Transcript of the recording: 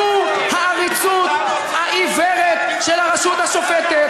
זו העריצות העיוורת של הרשות השופטת,